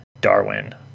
Darwin